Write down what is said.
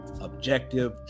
objective